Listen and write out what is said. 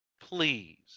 please